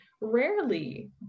rarely